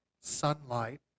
sunlight